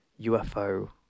UFO